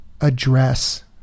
address